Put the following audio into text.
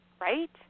right